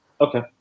okay